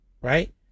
right